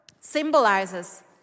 symbolizes